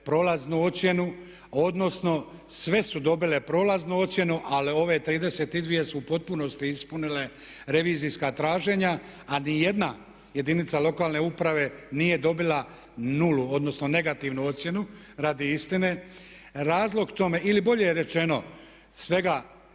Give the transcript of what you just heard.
prolaznu ocjenu odnosno sve su dobile prolaznu ocjenu ali ove 32 su u potpunosti ispunile revizijska traženja a ni jedna jedinica lokalne uprave nije dobila 0 odnosno negativnu ocjenu radi istine. Razlog tome ili bolje rečeno svega